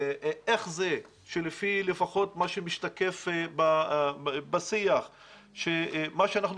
איך זה שלפי לפחות מה שמשתקף בשיח מה שאנחנו